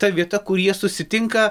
ta vieta kur jie susitinka